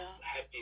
happy